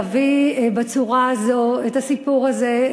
להביא בצורה הזו את הסיפור הזה,